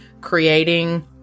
creating